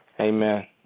Amen